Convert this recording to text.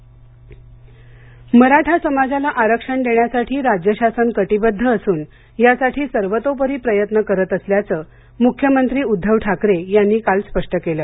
मराठा आरक्षण मराठा समाजाला आरक्षण देण्यासाठी राज्य शासन कटिबद्ध असून यासाठी सर्वतोपरी प्रयत्न करत असल्याचं मुख्यमंत्री उद्धव ठाकरे यांनी काल स्पष्ट केलं